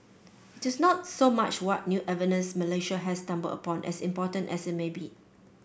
it is not so much what new evidence Malaysia has stumbled upon as important as it may be